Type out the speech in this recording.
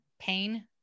pain